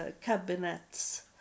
cabinets